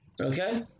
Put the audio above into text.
Okay